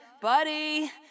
buddy